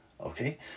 Okay